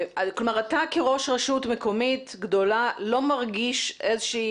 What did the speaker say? אתה כראש רשות מקומית גדולה לא מרגיש איזושהי